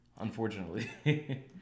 unfortunately